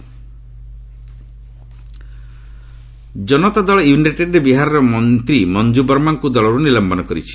କେଡିୟୁ Manju Janata Dal United ବିହାରର ମନ୍ତ୍ରୀ ମଞ୍ଜୁ ବର୍ମାଙ୍କୁ ଦଳରୁ ନିଲମ୍ବନ କରିଛି